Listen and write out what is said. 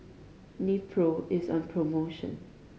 Nepro is on promotion